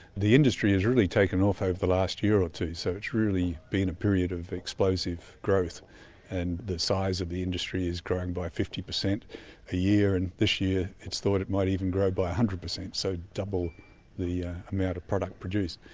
the industry has really taken off over the last year or two, so it's really been a period of explosive growth and the size of the industry is growing by fifty percent a year, and this year it's thought it might even grow by one hundred percent, so double the yeah amount of product produced.